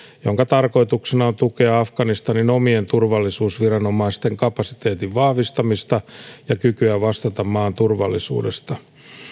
jonka tarkoituksena on tukea afganistanin omien turvallisuusviranomaisten kapasiteetin vahvistamista ja kykyä vastata maan turvallisuudesta